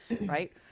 right